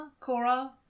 Cora